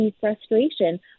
frustration